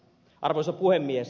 arvoisa puhemies